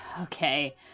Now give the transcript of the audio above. Okay